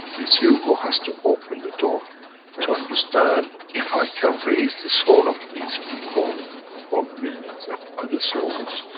it's you who has to open the door to to understand if i can raise the soul of these people or millions of other souls,